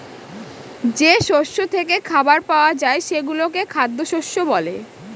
যে শস্য থেকে খাবার পাওয়া যায় সেগুলোকে খ্যাদ্যশস্য বলে